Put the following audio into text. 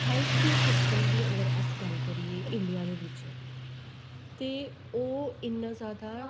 हैल्श care system दी अगर अस गल्ल करचै इंडिया दे बिच ते ओह् इन्ना जैदा